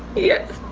yes.